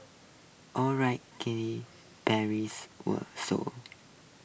alright Katy Perry were sold